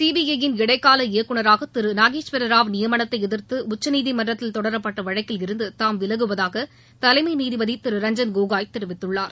சிபிஐயின் இடைக்கால இயக்குநராக திரு நாகேஸ்வர ராவ் நியமனத்தை எதிர்த்து உச்சநீதிமன்றத்தில் தொடரப்பட்ட வழக்கில் இருந்து தாம் விலகுவதாக தலைமை நீதிபதி திரு ரஞ்சன் கோகோய் தெரிவித்துள்ளார்